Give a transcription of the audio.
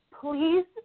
please